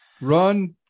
run